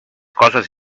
coses